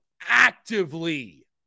actively